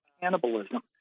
cannibalism